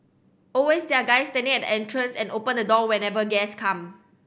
always there are guys standing at the entrance and open the door whenever guest come